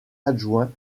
adjoint